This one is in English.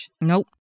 Nope